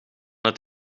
het